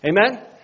Amen